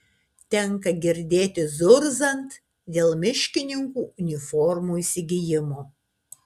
tenka girdėti zurzant dėl miškininkų uniformų įsigijimo